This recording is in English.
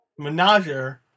Menager